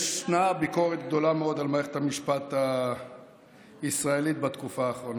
ישנה ביקורת גדולה מאוד על מערכת המשפט הישראלית בתקופה האחרונה.